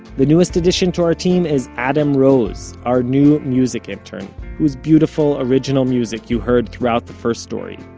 the newest addition to our team is adam rose, our new music intern whose beautiful original music you heard throughout the first story.